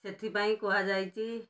ସେଥିପାଇଁ କୁହାଯାଇଛି